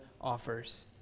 offers